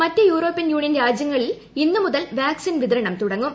മറ്റ് European Union രാജ്യങ്ങളിൽ ഇന്നു മുതൽ വാക്സിൻ വിതരണം തുടങ്ങും